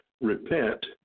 repent